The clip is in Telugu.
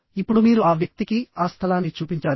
ఇప్పుడు మీరు ఆ వ్యక్తికి ఆ స్థలాన్ని చూపించాలి